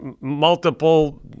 multiple